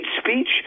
speech